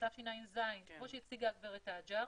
אין לי בחברה הדרוזית.